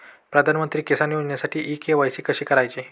प्रधानमंत्री किसान योजनेसाठी इ के.वाय.सी कशी करायची?